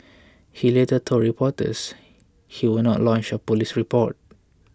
he later told reporters he would not lodge a police report